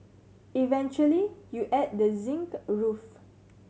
eventually you add the zinc roof